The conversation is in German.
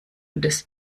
des